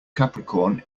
capricorn